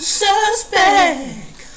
suspect